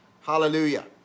Hallelujah